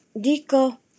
dico